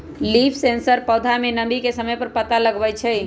leaf sensor पौधा में नमी के समय पर पता लगवई छई